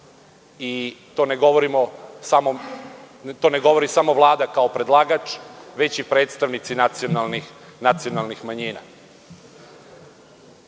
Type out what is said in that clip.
i to ne govori samo Vlada, kao predlagač, već i predstavnici nacionalnih manjina. Samo